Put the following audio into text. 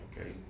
Okay